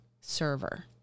server